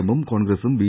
എമ്മും കോൺഗ്രസ്സും ബി